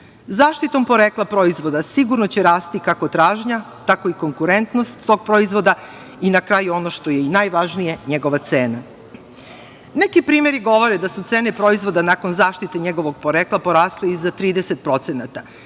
Zaštitom porekla proizvoda sigurno će rasti kako tražnja, tako i konkurentnost proizvoda i na kraju, ono što je i najvažnije, njegova cena. Neki primeri govore da su cene proizvoda nakon zaštite njegovog porekla porasle i za 30% jer